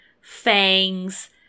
Fangs